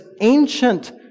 ancient